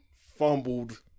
fumbled